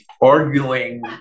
arguing